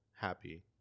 happy